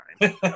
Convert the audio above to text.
time